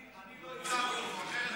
לא הצעתי.